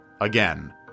again